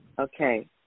Okay